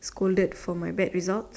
scolded for my bad results